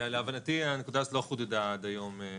לפי מיטב ידיעתי הנקודה הזאת לא חודדה עד היום.